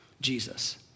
Jesus